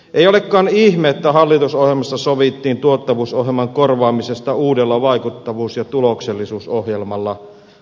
ei olekaan ihme että hallitusohjelmassa sovittiin tuottavuusohjelman korvaamisesta uudella vaikuttavuus ja tuloksellisuusohjelmalla